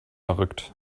verrückt